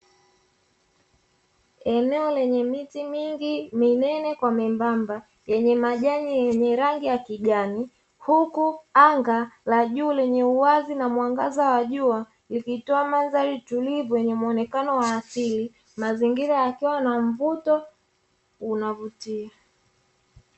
Eneo lenye miti mingi minene kwa membaba, yenye majani yenye rangi ya kijani, huku anga la juu lenye uwazi na mwangaza wa jua likitoa mandhari tulivu yenye muonekano wa asili, mazingira yakiwa na mvuto unavutia.